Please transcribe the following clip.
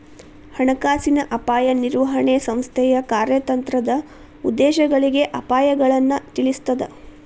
ಹಣಕಾಸಿನ ಅಪಾಯ ನಿರ್ವಹಣೆ ಸಂಸ್ಥೆಯ ಕಾರ್ಯತಂತ್ರದ ಉದ್ದೇಶಗಳಿಗೆ ಅಪಾಯಗಳನ್ನ ತಿಳಿಸ್ತದ